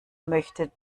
möchte